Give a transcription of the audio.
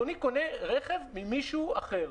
דבר ראשון,